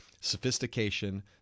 sophistication